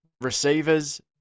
receivers